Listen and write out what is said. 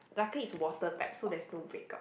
lucky it's water type so there's no breakout